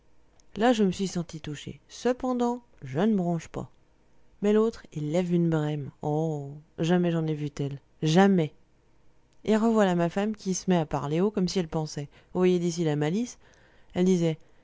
là je me suis senti touché cependant je ne bronche pas mais l'autre il lève une brème oh jamais je n'en ai vu telle jamais et r'voilà ma femme qui se met à parler haut comme si elle pensait vous voyez d'ici la malice elle disait